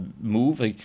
move